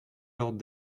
lors